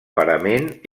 parament